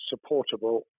supportable